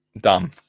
Done